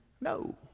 No